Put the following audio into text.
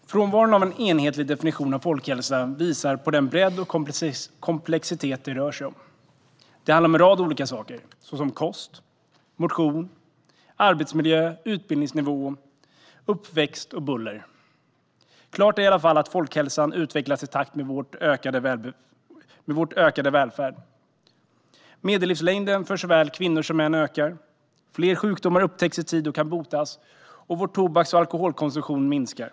Herr talman! Frånvaron av en enhetlig definition av folkhälsa visar på den bredd och komplexitet det rör sig om. Det handlar om en rad olika saker, såsom kost, motion, arbetsmiljö, utbildningsnivå, uppväxt och buller. Klart är i alla fall att folkhälsan utvecklats i takt med vår ökade välfärd. Medellivslängden för såväl kvinnor som män ökar, fler sjukdomar upptäcks i tid och kan botas och vår tobaks och alkoholkonsumtion minskar.